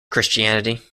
christianity